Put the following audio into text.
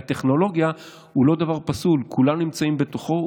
הטכנולוגיה היא לא דבר פסול, כולנו נמצאים בתוכה.